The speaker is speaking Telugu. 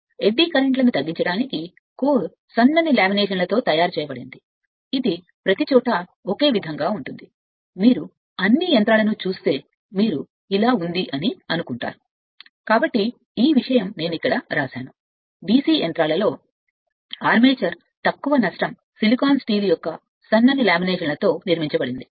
ఎడ్డీ కర్రెంట్ల ను తగ్గించడానికి కోర్ సన్నని లామినేషన్లతో తయారు చేయబడింది ఇది ప్రతిచోటా ఒకే విధంగా ఉంటుంది మీరు అన్ని యంత్రాలను చూస్తే మీరు ఇలా కనుగొంటారు కాబట్టి ఈ విషయం కోసం నేను వ్రాసాను DC యంత్రాల ఆర్మేచర్ తక్కువ నష్టం సిలికాన్ స్టీల్ యొక్క సన్నని లామినేషన్తో నిర్మించబడింది